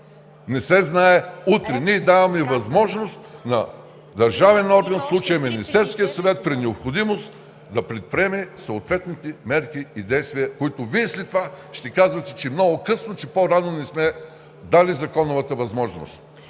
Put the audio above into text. не всявайте страх! Ние даваме възможност на държавен орган, в случая на Министерския съвет, при необходимост да предприеме съответните мерки и действия, които Вие след това ще казвате, че е много късно, че по-рано не сме дали законовата възможност.